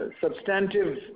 substantive